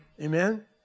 Amen